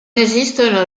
esistono